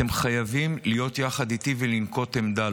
אתם חייבים להיות יחד איתי ולנקוט עמדה,